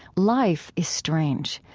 life is strange.